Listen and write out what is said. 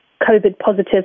COVID-positive